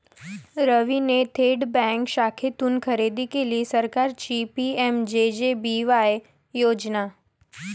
रवीने थेट बँक शाखेतून खरेदी केली सरकारची पी.एम.जे.जे.बी.वाय योजना